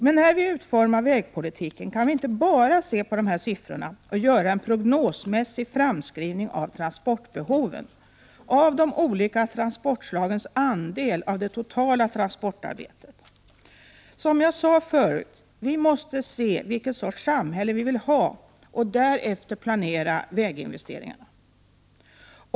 Men när vi utformar vägpolitiken kan vi inte bara se till dessa siffror och göra en prognosmässig framskrivning av transportbehoven och de olika transportslagens andel av det totala transportarbetet. Som jag sade tidigare måste vi bestämma vilken sorts samhälle vi vill ha och därefter planera väginvesteringarna.